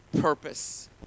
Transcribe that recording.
purpose